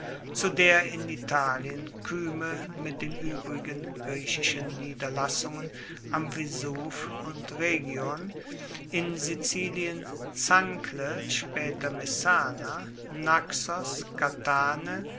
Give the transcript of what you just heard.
zu der in italien kyme mit den uebrigen griechischen niederlassungen am vesuv und rhegion in sizilien zankle spaeter messana naxos katane